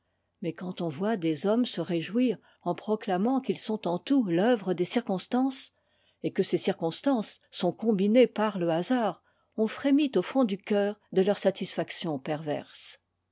mais quand on voit des hommes se réjouir en proclamant qu'ils sont en tout t'oeuvre des circonstances et que ces circonstances sont combinées par le hasard on frémit au fond du cceur de leur satisfaction perverse